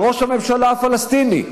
אל ראש הממשלה הפלסטיני.